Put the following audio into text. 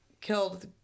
killed